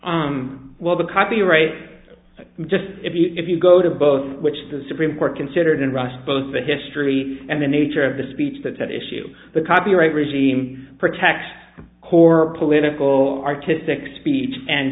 d well the copyright just if you go to both which the supreme court considered in russia both the history and the nature of the speech that's at issue the copyright regime protects the core political artistic speech and